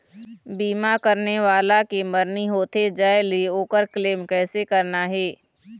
बीमा करने वाला के मरनी होथे जाय ले, ओकर क्लेम कैसे करना हे?